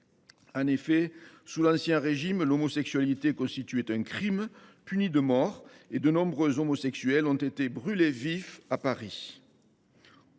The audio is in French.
En effet, sous l’Ancien Régime, l’homosexualité constituait un crime puni de mort et de nombreux homosexuels ont été brûlés vifs à Paris.